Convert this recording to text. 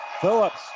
Phillips